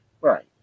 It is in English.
Right